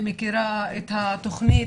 ומכירה את התוכנית,